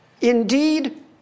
Indeed